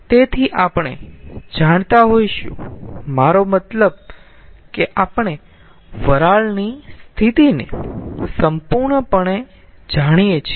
તેથી આપણે જાણતા હોઈશું મારો મતલબ કે આપણે વરાળની સ્થિતિને સંપૂર્ણપણે જાણીએ છીએ